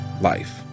life